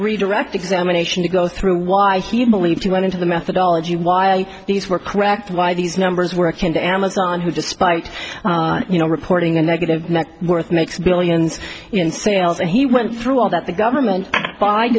redirect examination to go through why he believed he went into the methodology why these were cracked why these numbers work in the amazon who despite you know reporting a negative net worth makes billions in sales and he went through all that the government find